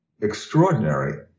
extraordinary